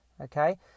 okay